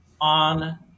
on